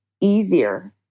easier